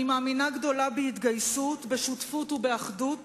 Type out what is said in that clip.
אני מאמינה גדולה בהתגייסות, בשותפות ובאחדות